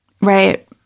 right